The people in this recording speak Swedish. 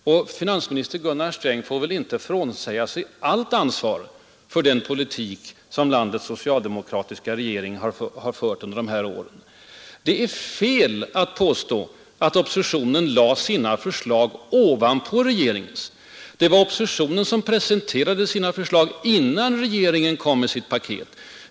Och finansminister Gunnar Sträng kan väl inte frånsäga sig allt ansvar för den politik som landets socialdemokratiska regering har fört under de här åren. Det är fel att påstå att oppositionen lade sina förslag ”ovanpå” regeringens. Oppositionen presenterade sina förslag, innan regeringen kom med sitt paket.